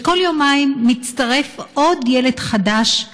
וכל יומיים מתווסף עוד ילד חדש,